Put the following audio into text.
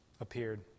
appeared